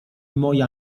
moja